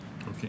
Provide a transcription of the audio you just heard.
Okay